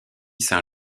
saint